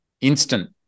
instant